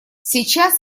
сейчас